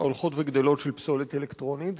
ההולכות וגדלות של פסולת אלקטרונית,